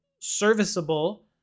serviceable